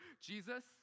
Jesus